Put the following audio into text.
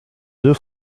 deux